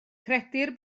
credir